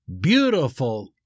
beautiful